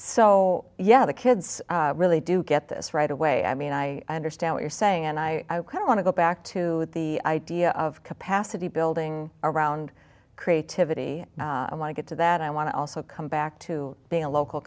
so yeah the kids really do get this right away i mean i understand what you're saying and i want to go back to the idea of capacity building around creativity when i get to that i want to also come back to being a local